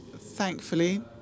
thankfully